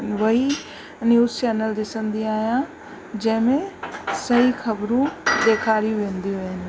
वही news channel ॾिसंदी आहियां जंहिं में सही ख़बरूं ॾेखारी वेंदियूं आहिनि